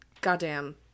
goddamn